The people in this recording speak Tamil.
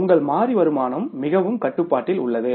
உங்கள் மாறி வருமானம் மிகவும் கட்டுப்பாட்டில் உள்ளது